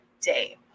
day